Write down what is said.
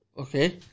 Okay